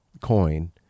coin